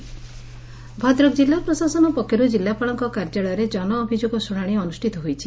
ଜନଶୁଣାଣ ଭଦ୍ରକ ଜିଲ୍ଲା ପ୍ରଶାସନ ପକ୍ଷରୁ ଜିଲ୍ଲାପାଳଙ୍କ କାର୍ଯ୍ୟାଳୟରେ ଜନଅଭିଯୋଗ ଶୁଣାଣି ଅନୁଷିତ ହୋଇଛି